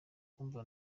kumva